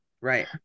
Right